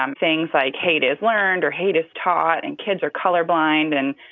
um things like hate is learned or hate is taught and kids are colorblind. and,